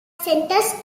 centres